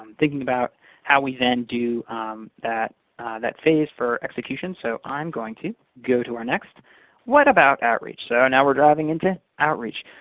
um thinking about how we then do that that phase for execution. so i'm going to go to our next what about outreach? so now we're diving into outreach.